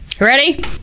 Ready